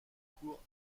cours